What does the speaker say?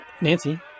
Nancy